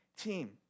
team